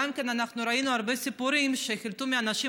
אנחנו ראינו הרבה סיפורים שחילטו מאנשים